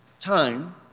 time